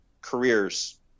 careers